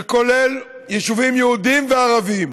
שכולל יישובים יהודיים וערביים,